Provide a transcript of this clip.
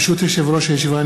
ברשות יושב-ראש הישיבה,